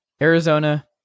Arizona